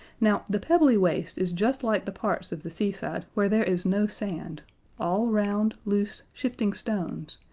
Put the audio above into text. now, the pebbly waste is just like the parts of the seaside where there is no sand all round, loose, shifting stones,